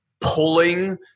pulling